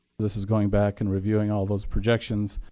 this is going back and reviewing all those projections.